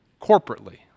corporately